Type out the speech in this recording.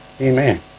Amen